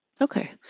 Okay